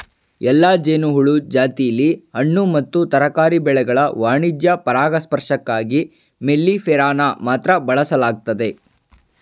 ಎಲ್ಲಾ ಜೇನುಹುಳು ಜಾತಿಲಿ ಹಣ್ಣು ಮತ್ತು ತರಕಾರಿ ಬೆಳೆಗಳ ವಾಣಿಜ್ಯ ಪರಾಗಸ್ಪರ್ಶಕ್ಕಾಗಿ ಮೆಲ್ಲಿಫೆರಾನ ಮಾತ್ರ ಬಳಸಲಾಗ್ತದೆ